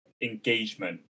engagement